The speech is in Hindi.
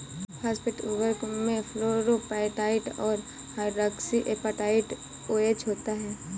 फॉस्फेट उर्वरक में फ्लोरापेटाइट और हाइड्रोक्सी एपेटाइट ओएच होता है